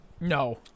No